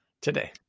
today